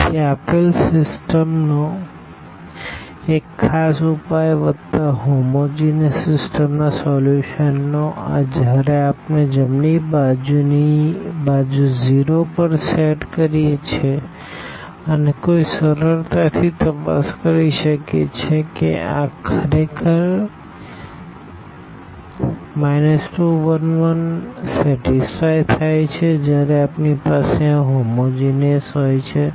તેથી આપેલ સિસ્ટમનો એક ખાસ ઉપાય વત્તા હોમોજીનસ સીસ્ટમ ના સોલ્યુશનનો આ જ્યારે આપણે જમણી બાજુની બાજુ 0 પર સેટ કરીએ છીએ અને કોઈ સરળતાથી તપાસ કરી શકે છે કે આ 2 1 1 ખરેખર સેટીસફાઈ થાય છે જ્યારે આપણી પાસે આ હોમોજીનસહોય છે